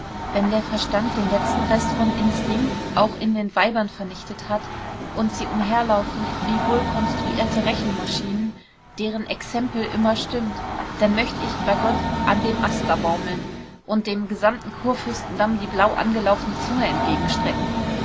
wenn der verstand den letzten rest von instinkt auch in den weibern vernichtet hat und sie umherlaufen wie wohlkonstruierte rechenmaschinen deren exempel immer stimmt dann möcht ich bei gott an dem ast da baumeln und dem gesamten kurfürstendamm die blau angelaufene zunge entgegenstrecken